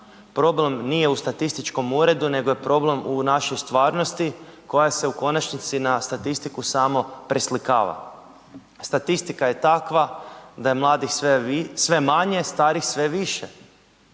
problem nije u statističkom uredu nego je problem u našoj stvarnosti koja se u konačnici na statistiku samo preslikava. Statistika je takva da je mladih sve manje, starih sve više,